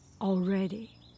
already